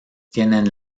tienen